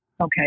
okay